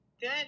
Good